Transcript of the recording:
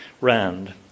rand